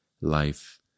life